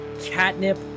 Catnip